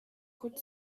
could